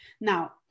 Now